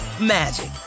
magic